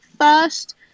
first